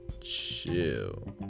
Chill